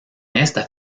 esta